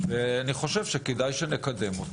אני חושב שכדאי שנקדמה.